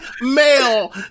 male